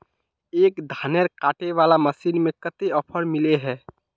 एक धानेर कांटे वाला मशीन में कते ऑफर मिले है?